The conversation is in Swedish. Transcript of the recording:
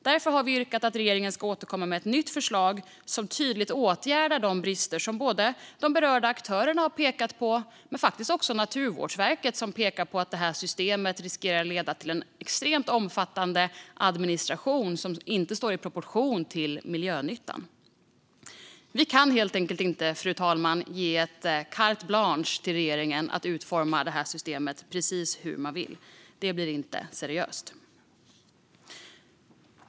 Därför har vi yrkat på att regeringen ska återkomma med ett nytt förslag som tydligt åtgärdar de brister som inte bara de berörda aktörerna har pekat på utan faktiskt också Naturvårdsverket, som pekar på att systemet riskerar att leda till en extremt omfattande administration som inte står i proportion till miljönyttan. Vi kan helt enkelt inte ge carte blanche till regeringen att utforma det här systemet precis hur den vill. Det blir inte seriöst.